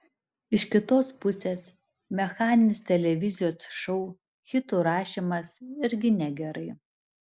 iš kitos pusės mechaninis televizijos šou hitų rašymas irgi negerai